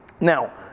Now